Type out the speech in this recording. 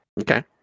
Okay